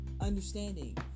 understanding